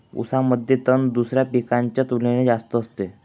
ऊसामध्ये तण दुसऱ्या पिकांच्या तुलनेने जास्त असते